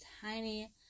tiny